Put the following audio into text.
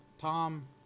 Tom